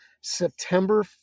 September